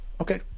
Okay